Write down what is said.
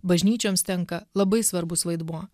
bažnyčioms tenka labai svarbus vaidmuo